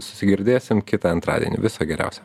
susigirdėsim kitą antradienį viso geriausio